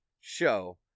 show